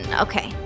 okay